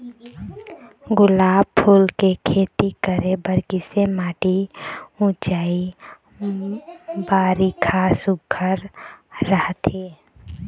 गुलाब फूल के खेती करे बर किसे माटी ऊंचाई बारिखा सुघ्घर राइथे?